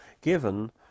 given